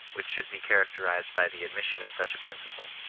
which should be characterized by the admission of such a principle?